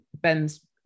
Ben's